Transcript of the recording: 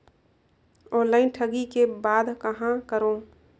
Online ठगी के बाद कहां करों?